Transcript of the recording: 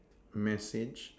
message